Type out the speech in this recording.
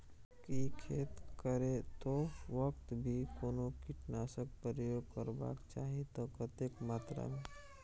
की खेत करैतो वक्त भी कोनो कीटनासक प्रयोग करबाक चाही त कतेक मात्रा में?